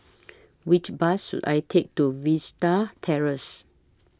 Which Bus should I Take to Vista Terrace